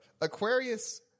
Aquarius